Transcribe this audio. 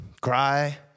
cry